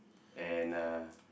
and uh